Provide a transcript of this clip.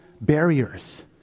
barriers